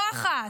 לא אחת.